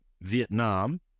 Vietnam